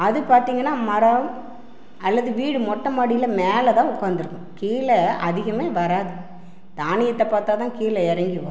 அது பார்த்திங்கன்னா மரம் அல்லது வீடு மொட்டை மாடியில மேலே தான் உட்காந்துருக்கும் கீழே அதிகமே வராது தானியத்தை பார்த்தா தான் கீழே இறங்கி வரும்